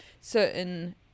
certain